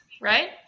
right